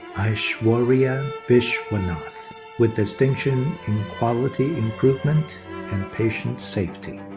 aishwarya vishwanath with distinction in quality improvement and patient safety.